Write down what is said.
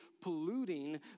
polluting